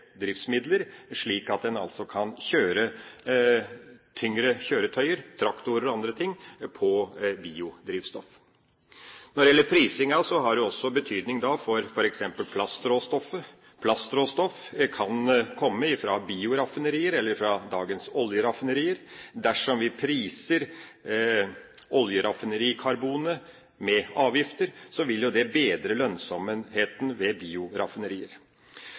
andre ting, på biodrivstoff. Når det gjelder prisingen, har det betydning for f.eks. plastråstoffet. Plastråstoff kan komme fra bioraffinerier eller fra dagens oljeraffinerier. Dersom vi priser oljeraffinerikarbonet med avgifter, vil det bedre lønnsomheten ved bioraffinerier.